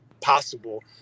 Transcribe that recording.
possible